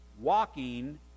walking